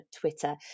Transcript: Twitter